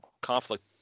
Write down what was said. conflict